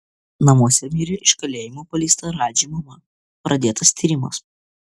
namuose mirė iš kalėjimo paleista radži mama pradėtas tyrimas